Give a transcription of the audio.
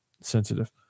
sensitive